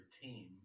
team